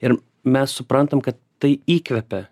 ir mes suprantam kad tai įkvepia